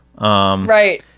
Right